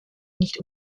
nicht